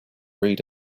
read